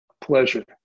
Pleasure